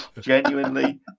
Genuinely